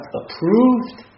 approved